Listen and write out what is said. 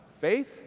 faith